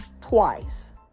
twice